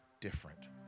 different